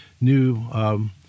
new